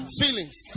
feelings